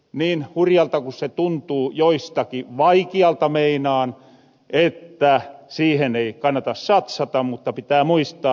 niin hurjalta kun se tuntuu joistakin vaikialta meinaan että siihen ei kannata satsata mutta pitää muistaa